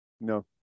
No